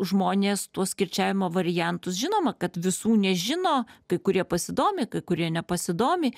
žmonės tuos kirčiavimo variantus žinoma kad visų nežino kai kurie pasidomi kai kurie nepasidomi